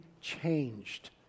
changed